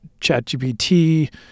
ChatGPT